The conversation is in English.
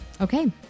Okay